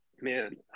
man